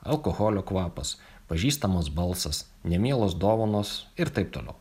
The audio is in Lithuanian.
alkoholio kvapas pažįstamas balsas nemielos dovanos ir taip toliau